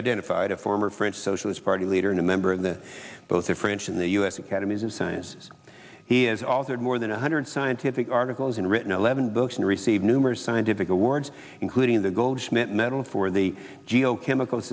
identified a former french socialist party leader and a member of the both the french and the u s academies of science he has altered more than one hundred scientific articles and written eleven books and received numerous scientific awards including the goldschmidt medal for the geochemical